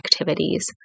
activities